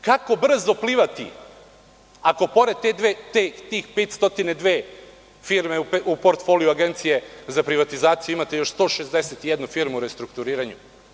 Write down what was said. Kako brzo plivati, ako pored tih 502 firme u portfoliju Agencije za privatizaciju imate još 161 firmu u restrukturiranju?